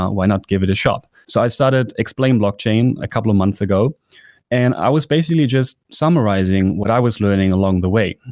why not give it a shot? so i started explain blockchain a couple of months ago and i was basically just summarizing what i was learning along the way,